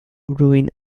rywun